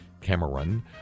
Cameron